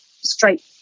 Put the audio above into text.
straight